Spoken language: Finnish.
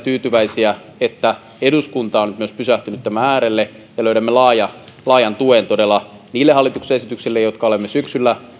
tyytyväisiä että eduskunta on myös pysähtynyt tämän äärelle ja löydämme laajan laajan tuen todella niille hallituksen esityksille jotka olemme syksyllä